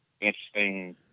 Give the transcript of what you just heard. interesting